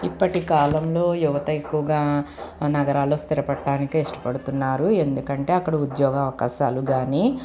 ఇప్పటి కాలంలో యువత ఎక్కువగా నగరాల్లో స్థిర పడడానికే ఇష్టపడుతున్నారు ఎందుకంటే అక్కడ ఉద్యోగ అవకాశాలు గాని